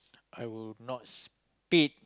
I would not speed